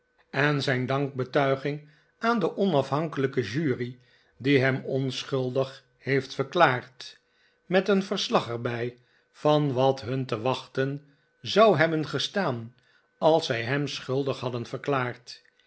en zijn dankbetuiging aan de onafmaarten chuzzlewit hankelijke jury die hem onschuldig heeft verklaard met een verslag er bij van wat hun te wachten zou hebben gestaan als zij hem schuldig hadden verklaard